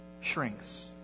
shrinks